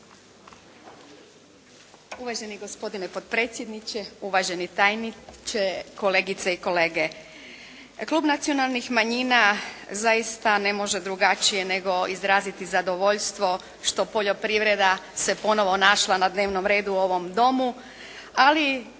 Uvaženi gospodine potpredsjedniče, uvaženi tajniče, kolegice i kolege. Klub nacionalnih manjina zaista ne može drugačije nego izraziti zadovoljstvo što poljoprivreda se ponovo našla na dnevnom redu u ovom domu ali